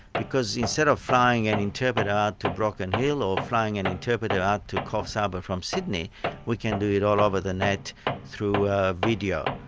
because instead of flying an interpreter out to broken hill or flying an interpreter out to coffs harbour from sydney we can do it all over the net through ah video.